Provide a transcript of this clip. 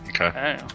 Okay